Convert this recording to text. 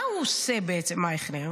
מה הוא עושה, אייכלר?